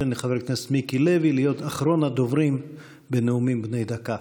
אתן לחבר הכנסת מיקי לוי להיות אחרון הדוברים בנאומים בני דקה.